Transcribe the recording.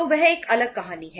तो वह एक अलग कहानी है